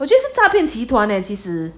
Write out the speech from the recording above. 我觉得是诈骗集团 leh 其实